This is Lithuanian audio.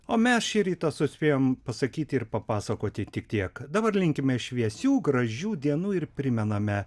o mes šį rytą suspėjom pasakyti ir papasakoti tik tiek dabar linkime šviesių gražių dienų ir primename